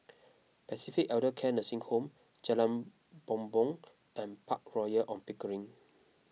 Pacific Elder Care Nursing Home Jalan Bumbong and Park Royal on Pickering